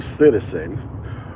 citizen